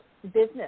business